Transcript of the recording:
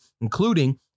including